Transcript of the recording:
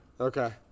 Okay